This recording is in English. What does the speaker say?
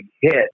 hit